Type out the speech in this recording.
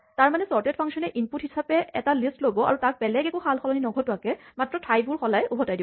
তাৰমানে চৰ্টেট ফাংচনে ইনপুট হিচাপে এটা লিষ্ট ল'ব আৰু তাৰ বেলেগ একো সালসলনি নঘটোৱাকে মাত্ৰ ঠাইবোৰ সলাই উভতাই দিব